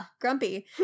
grumpy